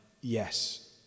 Yes